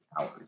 hours